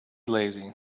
lazy